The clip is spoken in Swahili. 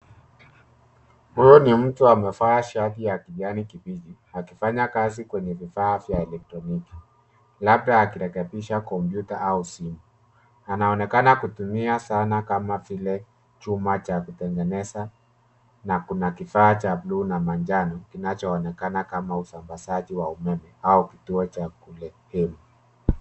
Huyu ni mtu amevaa shati ya kijani kibichi akifanya kazi kwenye vifaa vya elektroniki labda akirekebisha kompyuta au simu. Anaonekana kutumia zana kama vile chuma cha kutengeneza na kuna kifaa cha buluu na manjano kinachoonekana kama usambazaji wa umeme au kituo cha kulehemu.